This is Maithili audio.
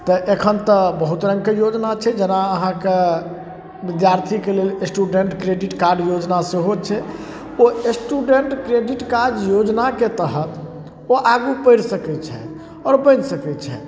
तऽ एखन तऽ बहुत रङ्गके योजना छै जेना अहाँके विद्यार्थीके लेल स्टूडेन्ट क्रेडिट कार्ड योजना सेहो छै ओ स्टूडेन्ट क्रेडिट कार्ड योजनाके तहत ओ आगू पढ़ि सकै छथि आओर बनि सकै छथि